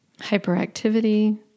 hyperactivity